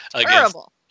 Terrible